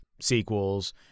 sequels